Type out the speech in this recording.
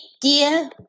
dear